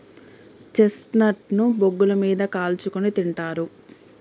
chestnut ను బొగ్గుల మీద కాల్చుకుని తింటారు